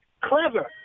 clever